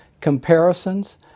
comparisons